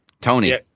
Tony